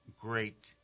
great